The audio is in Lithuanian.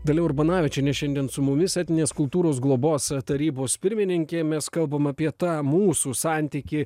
dalia urbanavičienė šiandien su mumis etninės kultūros globos tarybos pirmininkė mes kalbam apie tą mūsų santykį